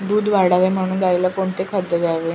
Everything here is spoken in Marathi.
दूध वाढावे म्हणून गाईला कोणते खाद्य द्यावे?